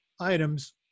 items